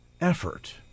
effort